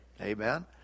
Amen